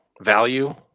value